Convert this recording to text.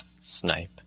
Snipe